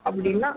அப்படின்னா